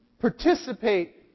participate